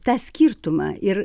tą skirtumą ir